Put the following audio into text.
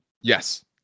Yes